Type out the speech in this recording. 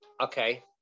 Okay